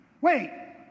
Wait